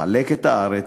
לחלק את הארץ,